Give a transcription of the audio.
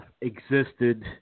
existed